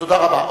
תודה רבה.